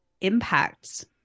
impacts